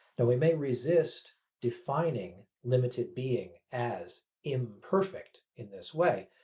now, we may resist defining limited being as imperfect in this way.